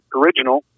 original